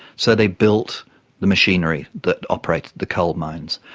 so they built the machinery that operated the coal mines,